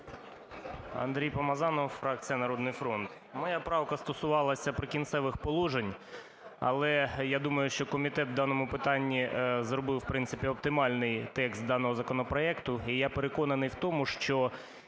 Андрій Помазанов, фракція "Народний фронт". Моя правка стосувалася "Прикінцевих положень". Але я думаю, що комітет в даному питанні зробив, в принципі, оптимальний текст даного законопроекту. І я переконаний в тому, що,